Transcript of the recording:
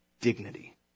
dignity